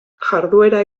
jarduera